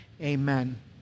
Amen